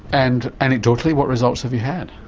and anecdotally what results have you had?